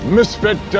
Misfit